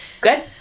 Good